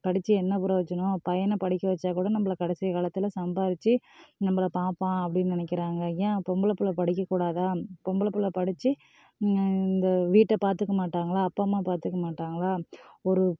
படித்து என்ன புரோஜனம் பையனை படிக்க வைச்சா கூட நம்மள கடைசி காலத்தில் சம்பாரித்து நம்மள பார்ப்பான் அப்படின்னு நினைக்கிறாங்க ஏன் பொம்பளை பிள்ள படிக்க கூடாதா பொம்பளை பிள்ள படித்து இந்த வீட்டை பார்த்துக்க மாட்டாங்களா அப்பா அம்மா பார்த்துக்க மாட்டாங்களா ஒரு